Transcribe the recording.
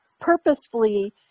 purposefully